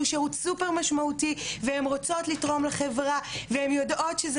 שירות סופר משמעותי והן רוצות לתרום לחברה והן יודעות שזה